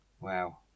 Wow